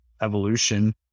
evolution